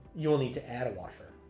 you will need to add a washer.